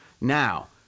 now